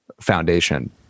foundation